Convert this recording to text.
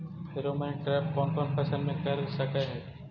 Pheromone trap कोन कोन फसल मे कर सकली हे?